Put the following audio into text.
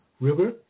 River